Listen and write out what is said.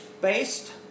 based